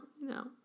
no